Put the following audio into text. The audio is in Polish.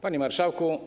Panie Marszałku!